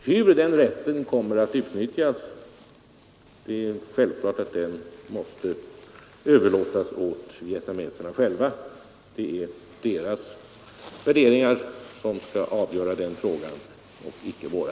Hur den rätten kommer att utnyttjas måste självfallet överlåtas åt vietnameserna själva. Det är deras värderingar som skall avgöra den frågan och icke våra.